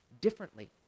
differently